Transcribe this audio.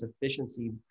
efficiency